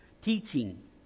Teaching